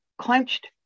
clenched